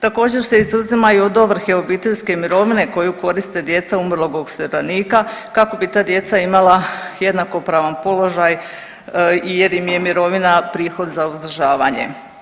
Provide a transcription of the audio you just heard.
Također se izuzimaju od ovrhe obiteljske mirovine koju koriste djeca umrlog osiguranika kako bi ta djeca imala jednakopravan položaj jer im je mirovina prihod za uzdržavanje.